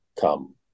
come